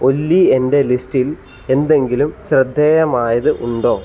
ഒല്ലി എൻ്റെ ലിസ്റ്റിൽ എന്തെങ്കിലും ശ്രദ്ധേയമായത് ഉണ്ടോ